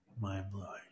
Mind-blowing